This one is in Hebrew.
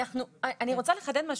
אני רוצה לחדד משהו,